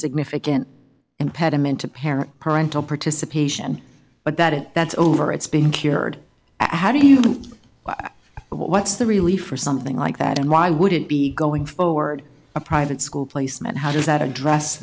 significant and pediment apparent parental participation but that it that's over it's been cured how do you what's the relief for something like that and why would it be going forward a private school placement how does that address